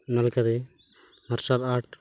ᱚᱱᱟ ᱞᱮᱠᱟᱛᱮ martial art